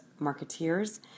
Marketeers